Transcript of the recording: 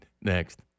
Next